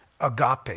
agape